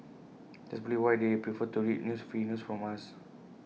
that's probably why they prefer to read news free news from us